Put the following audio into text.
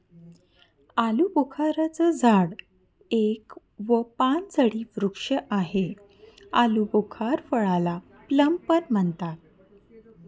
आलूबुखारा चं झाड एक व पानझडी वृक्ष आहे, आलुबुखार फळाला प्लम पण म्हणतात